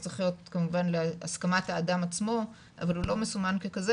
זה צריך להיות כמובן להסכמת האדם עצמו אבל הוא לא מסומן ככזה